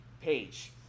page